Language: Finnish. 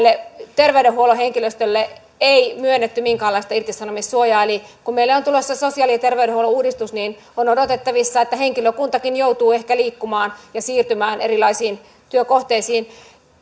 terveydenhuollon henkilöstölle ei myönnetty minkäänlaista irtisanomissuojaa eli kun meille on tulossa sosiaali ja terveydenhuollon uudistus niin on on odotettavissa että henkilökuntakin joutuu ehkä liikkumaan ja siirtymään erilaisiin työkohteisiin